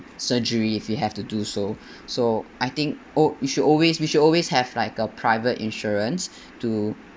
surgery if you have to do so so I think oh you should always you should always have like a private insurance to